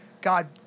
God